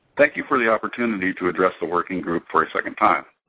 thank you for the opportunity to address the working group for a second time.